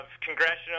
congressional